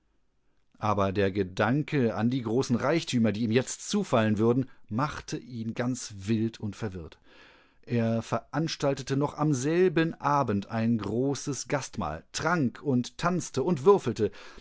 aber der gedanke an die großen reichtümer die ihm jetzt zufallen würden machte ihn ganz wild und verwirrt er veranstaltete noch am selben abend ein großes gastmahl trank und tanzte und würfelte